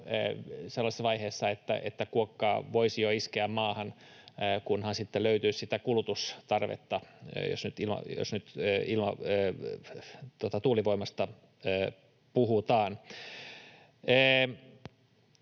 sellaisessa vaiheessa, että kuokkaa voisi jo iskeä maahan, kunhan sitten löytyisi sitä kulutustarvetta, jos nyt tuulivoimasta puhutaan.